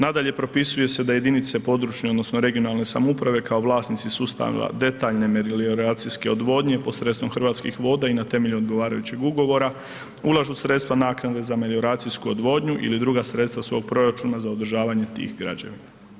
Nadalje, propisuje se da jedinice područne odnosno regionalne samouprave kao vlasnici sustava detaljne melioracijske odvodnje i posredstvom Hrvatskih voda i na temelju odgovarajućeg ugovora ulažu sredstva naknade za melioracijsku odvodnju ili druga sredstva iz svog proračuna za održavanje tih građevina.